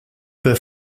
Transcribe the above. pas